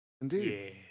Indeed